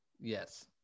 yes